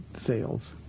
sales